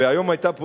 והיום היתה פה,